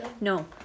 No